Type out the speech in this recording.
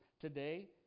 Today